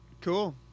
Cool